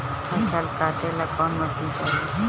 फसल काटेला कौन मशीन चाही?